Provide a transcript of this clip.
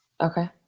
Okay